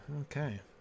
Okay